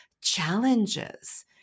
challenges